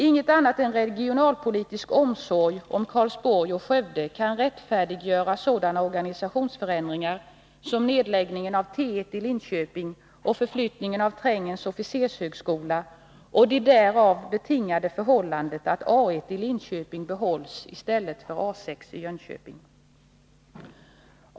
Inget annat än regionalpolitisk omsorg om Karlsborg och Skövde kan rättfärdiggöra sådana organisationsförändringar som nedläggningen av T1 i Linköping och förflyttningen av trängens officershögskola och det därav betingade förhållandet att A 1 i Linköping behålls i stället för A 6 i Jönköping.